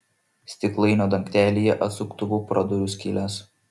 stiklainio dangtelyje atsuktuvu praduriu skyles